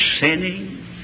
sinning